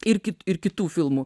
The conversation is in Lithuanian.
ir kit ir kitų filmų